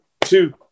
two